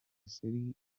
city